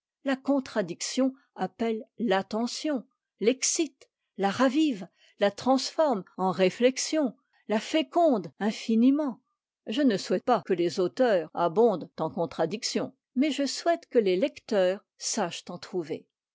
la contradiction appelle l'attention l'excite la ravive la transforme en réflexion la féconde infiniment je ne souhaite pas que les auteurs abondent en contradictions mais je souhaite que les lecteurs sachent en trouver